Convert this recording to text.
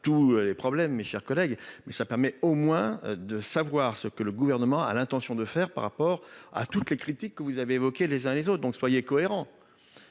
tous les problèmes, mes chers collègues, mais ça permet au moins de savoir ce que le gouvernement a l'intention de faire par rapport à toutes les critiques que vous avez évoqué les uns les autres donc soyez cohérents,